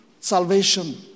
salvation